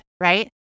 right